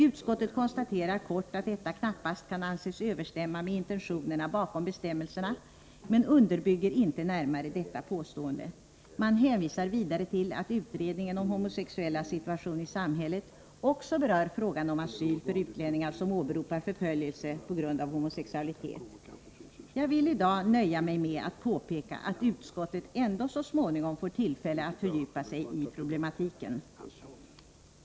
Utskottet konstaterar kort att detta knappast kan anses överensstämma med intentionerna bakom bestämmelserna, men underbygger inte närmare detta påstående. Man hänvisar vidare till att utredningen om homosexuellas situation i samhället också berör frågan om asyl för utlänningar som åberopar förföljelse på grund av homosexualitet. Jag vill i dag nöja mig med att påpeka att utskottet ändå så småningom får tillfälle att fördjupa sig i problematiken.